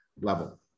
level